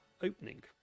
opening